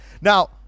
Now